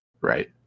right